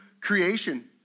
creation